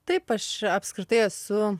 taip aš apskritai esu